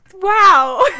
Wow